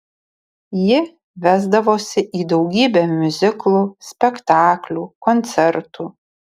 ji vesdavosi į daugybę miuziklų spektaklių koncertų